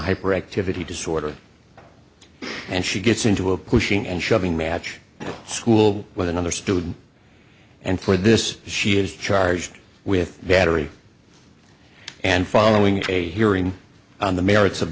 hyperactivity disorder and she gets into a pushing and shoving match school with another student and for this she is charged with battery and following a hearing on the merits of